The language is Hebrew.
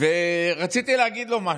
ורציתי להגיד לו משהו,